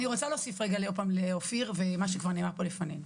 אני רוצה להוסיף על דברי אופיר ומה שנאמר פה לפנינו.